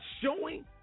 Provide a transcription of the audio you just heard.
showing